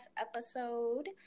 episode